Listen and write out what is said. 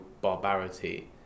barbarity